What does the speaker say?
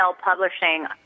Publishing